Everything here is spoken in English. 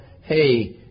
hey